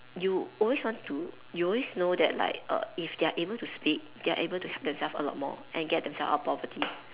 you always want to you always know that like err if they are able to speak they are able to help themselves a lot more and get themselves out of poverty